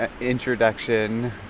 introduction